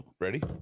Ready